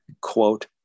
quote